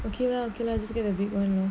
okay lah okay lah just get the big one lor